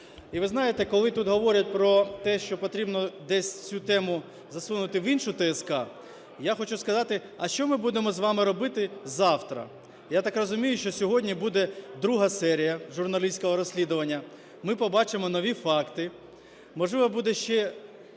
І ви знаєте, коли тут говорять про те, що потрібно десь цю тему засунути в іншу ТСК, я хочу сказати, а що ми будемо з вами робити завтра. Я так розумію, що сьогодні буде друга серія журналістського розслідування, ми побачимо нові факти. Можливо, буде ще